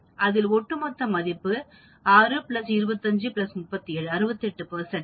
375 மற்றும் அதில் ஒட்டுமொத்த மதிப்பு 6 25 37 68